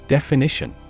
Definition